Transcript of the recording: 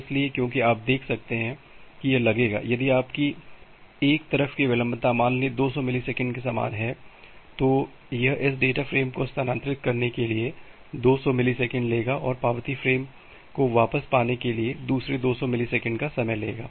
इसलिए क्योंकि आप देख सकते हैं कि यह लगेगा यदि आपकी एक तरफ की विलंबता मान लें 200 मिलीसेकंड के समान है तो यह इस डेटा फ्रेम को स्थानांतरित करने के लिए 200 मिलीसेकंड लेगा और पावती फ्रेम को वापस पाने के लिए और दूसरे 200 मिलीसेकंड का समय लेगा